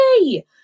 Yay